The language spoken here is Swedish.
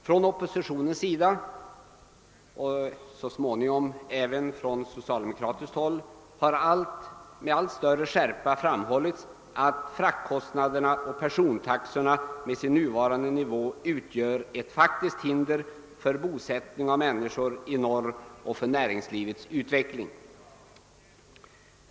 Från oppositionens sida och så småningom även från socialdemokratiskt håll har med allt större skärpa framhållits, att fraktkostnadernas och persontaxornas nuvarande nivå utgör ett faktiskt hinder för människors bosättning i norr och för näringslivets utveckling.